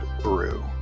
brew